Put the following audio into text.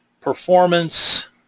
performance